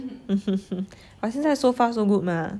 but 现在 so far so good mah